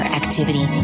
activity